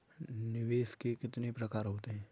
निवेश के कितने प्रकार होते हैं?